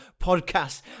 podcast